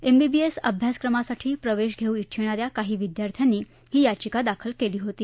MBBS अभ्यासाक्रमासाठी प्रवेश घेऊ ळिछणा या काही विद्यार्थ्यांनी ही याचिका दाखल केली होती